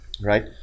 right